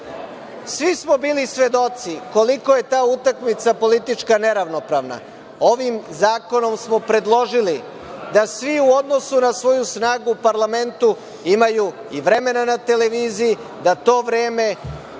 Svi smo bili svedoci koliko je ta utakmica politička neravnopravna. Ovim zakonom smo predložili da svi u odnosu na svoju snagu u parlamentu imaju i vremena na televiziji, da to vreme